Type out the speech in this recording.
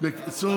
זה התפקיד שלך?